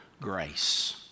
grace